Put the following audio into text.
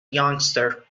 youngster